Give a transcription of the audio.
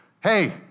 hey